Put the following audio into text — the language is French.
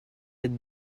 être